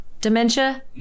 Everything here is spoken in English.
Dementia